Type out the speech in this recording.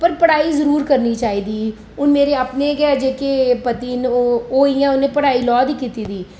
पर पढ़ाई जरूर करनी चाहिदी हून मेरे अपने गै जेह्के पति न ओह् इयां उनें पढ़ाई लाॅ दी कीती दी